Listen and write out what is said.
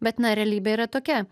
bet na realybė yra tokia